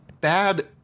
bad